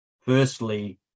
firstly